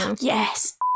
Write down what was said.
Yes